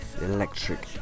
electric